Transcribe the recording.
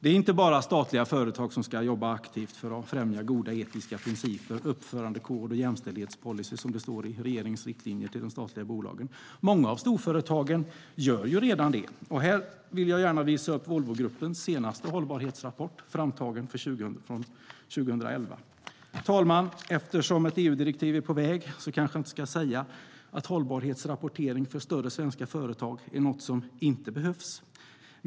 Det är inte bara statliga företag som ska jobba aktivt för att främja goda etiska principer, uppförandekod och jämställdhetspolicy, som det står i regeringens riktlinjer till de statliga bolagen. Många av storföretagen gör redan det. Jag kan här visa upp Volvogruppens senaste hållbarhetsrapport från 2011. Herr talman! Eftersom ett EU-direktiv är på väg ska jag kanske inte säga att hållbarhetsrapportering för större svenska företag är något som inte behövs.